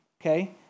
okay